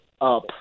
up